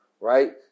Right